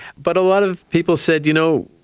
but a lot of people said, you know,